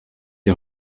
die